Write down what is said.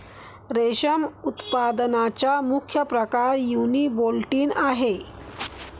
रेशम उत्पादनाचा मुख्य प्रकार युनिबोल्टिन आहे